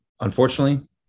Unfortunately